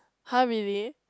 [huh] really